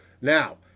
Now